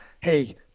hey